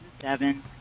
seven